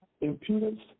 impudence